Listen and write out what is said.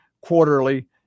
quarterly